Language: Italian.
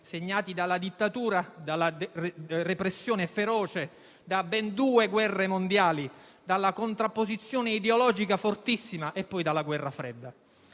segnati dalla dittatura, dalla repressione feroce, da ben due guerre mondiali, dalla contrapposizione ideologica fortissima e poi dalla guerra fredda.